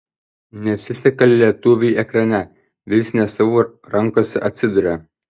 nesiseka lietuviui ekrane vis ne savų rankose atsiduria